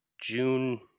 June